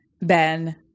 Ben